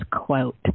quote